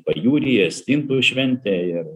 pajūryje stintų šventė ir